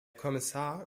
kommissar